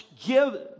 give